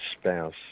spouse